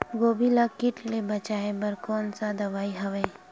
गोभी ल कीट ले बचाय बर कोन सा दवाई हवे?